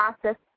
process